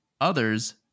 Others